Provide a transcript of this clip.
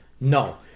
No